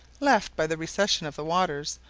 left by the recession of the waters,